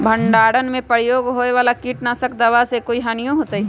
भंडारण में प्रयोग होए वाला किट नाशक दवा से कोई हानियों होतै?